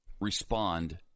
respond